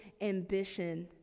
ambition